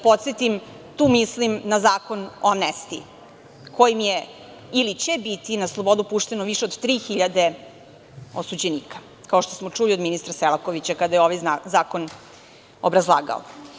Podsetiću, tu mislim na Zakon o amnestiji kojim je ili će biti na slobodu pušteno više od 3.000 osuđenika, kao što smo čuli od ministra Selakovića kada je ovaj zakon obrazlagao.